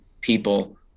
people